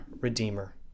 redeemer